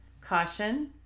caution